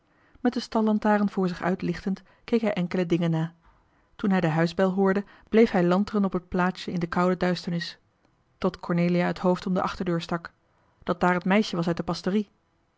met de stallantaren voor zich uit lichtend keek hij enkele dingen na toen hij de huisbel hoorde bleef hij lanteren op het plaatsje in de koude duisternis johan de meester de zonde in het deftige dorp tot cornelia het hoofd om de achterdeur stak dat daar het meisje was uit de pastorie